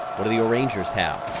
what do the o-rangers have?